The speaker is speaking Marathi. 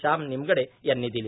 श्याम निमगडे यांनी दिली